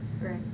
Right